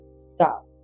stop